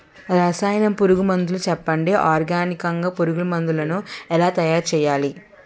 రసాయన పురుగు మందులు చెప్పండి? ఆర్గనికంగ పురుగు మందులను ఎలా తయారు చేయాలి?